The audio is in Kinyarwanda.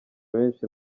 benshi